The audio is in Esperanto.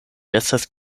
estas